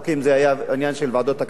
זה היה עניין ועדות הקבלה.